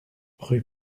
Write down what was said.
rue